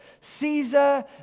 Caesar